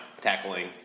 tackling